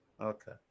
Okay